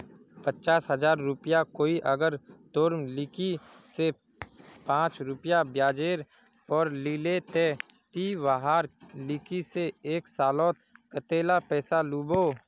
पचास हजार रुपया कोई अगर तोर लिकी से पाँच रुपया ब्याजेर पोर लीले ते ती वहार लिकी से एक सालोत कतेला पैसा लुबो?